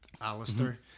Alistair